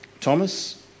Thomas